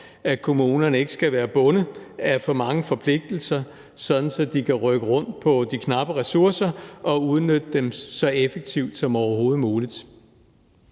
at kommunerne ikke skal være bundet af for mange forpligtelser, sådan at de kan rykke rundt på de knappe ressourcer og udnytte dem så effektivt som overhovedet muligt.